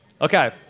Okay